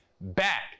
back